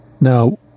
Now